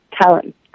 talent